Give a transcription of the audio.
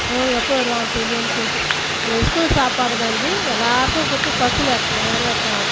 அய்யோ எப்போது வருவாங்கனு தெரிலியேனு சொல்லிட்டு அந்த ஸ்கூல் சாப்பாடு வந்து எல்லாேருக்கும் கொடுத்து பசி நிறை நிறைவேத்துவாங்கோ